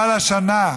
אבל השנה,